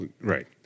right